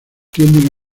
tienden